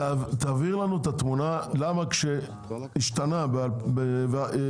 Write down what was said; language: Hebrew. תבהיר לנו את התמונה למה כשהשתנה המחירים